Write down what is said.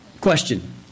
Question